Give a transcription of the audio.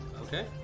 Okay